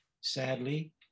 sadly